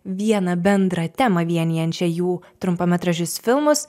vieną bendrą temą vienijančią jų trumpametražius filmus